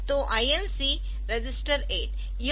तो INC reg 8